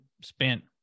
spent